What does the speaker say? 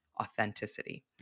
authenticity